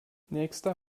nächster